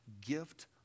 gift